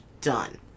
Done